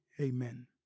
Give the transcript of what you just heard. Amen